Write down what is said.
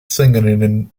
sängerinnen